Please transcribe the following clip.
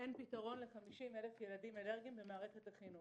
אין פתרון ל-50,000 ילדים אלרגיים במערכת החינוך.